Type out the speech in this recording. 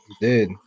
Dude